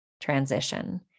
transition